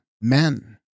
men